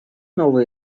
новые